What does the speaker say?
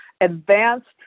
advanced